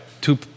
Two